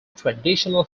traditional